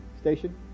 station